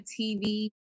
TV